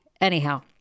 Anyhow